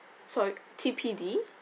sorry T P D